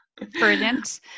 Brilliant